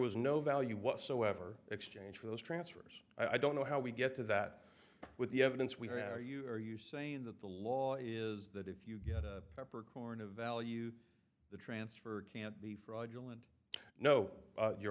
was no value whatsoever exchange for those transfers i don't know how we get to that with the evidence we have are you are you saying that the law is that if you get a proper corner value the transfer can't be fraudulent know you